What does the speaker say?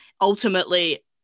ultimately